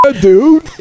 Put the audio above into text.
dude